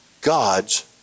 God's